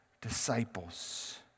disciples